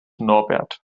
norbert